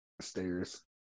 stairs